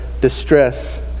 distress